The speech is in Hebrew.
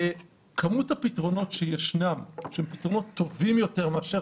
וכמות הפתרונות שישנם ושהם פתרונות טובים יותר מאשר